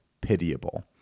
pitiable